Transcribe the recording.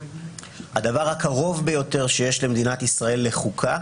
הדבר הקרוב ביותר שיש למדינת ישראל לחוקה,